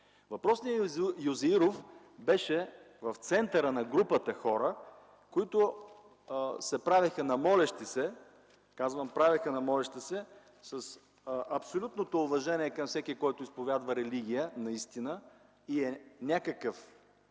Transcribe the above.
Въпросният Юзеиров беше в центъра на групата хора, които се правеха на молещи се. Казвам „правеха се на молещи се” с абсолютното уважение към всеки, който изповядва религия и е поклонник на някаква